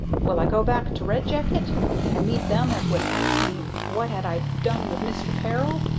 will i go back to red jacket and meet them as would ax me what had i done with mister peril?